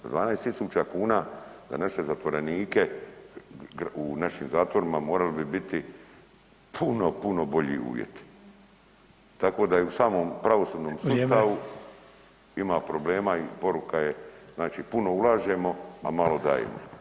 Za 12 tisuća kuna za naše zatvorenike u našim zatvorima morali bi biti puno, puno bolji uvjeti tako da je u samom pravosudnom sustavu ima problema i poruka je znači puno ulažemo, a malo dajemo.